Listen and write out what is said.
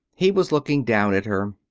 he was looking down at her.